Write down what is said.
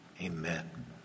Amen